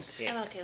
Okay